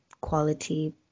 quality